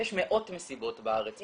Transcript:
יש מאות מסיבות בארץ בשנה.